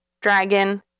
dragon